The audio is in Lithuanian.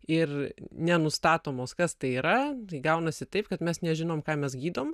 ir nenustatomos kas tai yra tai gaunasi taip kad mes nežinom ką mes gydom